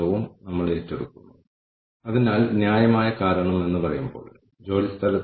ഇപ്പോൾ നമ്മൾ HR process human resource process സ്കോർകാർഡിലേക്ക് വരുന്നു